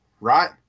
right